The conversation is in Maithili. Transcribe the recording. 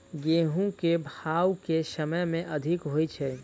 गेंहूँ केँ भाउ केँ समय मे अधिक होइ छै?